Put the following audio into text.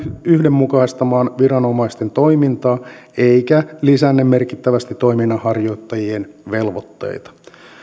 yhdenmukaistamaan viranomaisten toimintaa eikä lisänne merkittävästi toiminnanharjoittajien velvoitteita